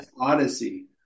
Odyssey